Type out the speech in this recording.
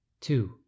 two